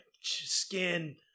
Skin